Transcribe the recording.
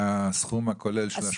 והסכום הכולל של ה-800?